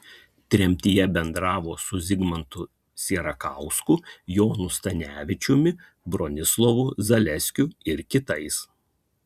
tremtyje bendravo su zigmantu sierakausku jonu stanevičiumi bronislovu zaleskiu ir kitais